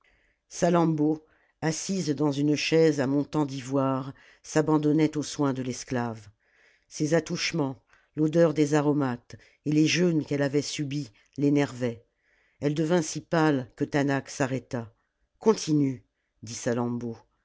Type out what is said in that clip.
salammbô assise dans une chaise à montants d'ivoire s'abandonnait aux soins de l'esclave ces attouchements l'odeur des aromates et les jeûnes qu'elle avait subis l'énervaient elle devint si pâle quetaanach s'arrêta continue dit